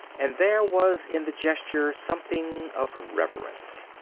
and there was in the gesture something of reverence.